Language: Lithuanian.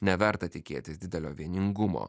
neverta tikėtis didelio vieningumo